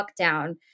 lockdown